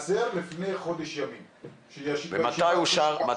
לגבי מה שחסר נודע לי לפני חודש ימים.